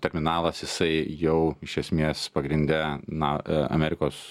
terminalas jisai jau iš esmės pagrinde na amerikos